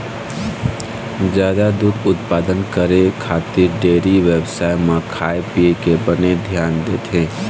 जादा दूद उत्पादन करे खातिर डेयरी बेवसाय म खाए पिए के बने धियान देथे